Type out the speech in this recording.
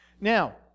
Now